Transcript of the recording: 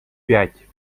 пять